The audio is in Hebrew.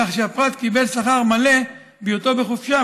כך שהפרט קיבל שכר מלא בהיותו בחופשה,